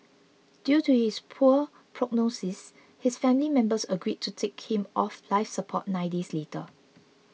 due to his poor prognosis his family members agreed to take him off life support nine days later